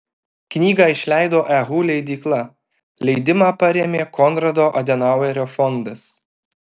knygą išleido ehu leidykla leidimą parėmė konrado adenauerio fondas